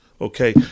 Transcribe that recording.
okay